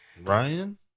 Ryan